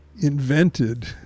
invented